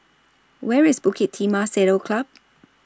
Where IS Bukit Timah Saddle Club